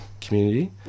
community